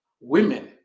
Women